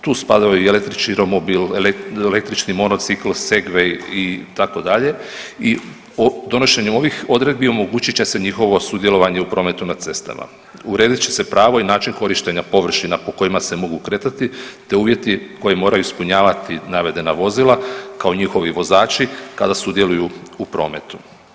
Tu spada i električni romobil, električni monocikl Segway itd. i donošenjem ovih odredbi omogućit će se njihovo sudjelovanje u prometu na cestama, uredit će se pravo i način korištenja površina po kojima se mogu kretati te uvjeti koje moraju ispunjavati navedena vozila kao i njihovi vozači kada sudjeluju u prometu.